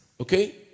okay